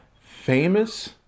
famous